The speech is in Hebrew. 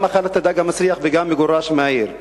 אכל את הדג המסריח וגם מגורש מהעיר.